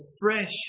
fresh